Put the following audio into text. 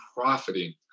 profiting